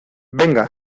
venga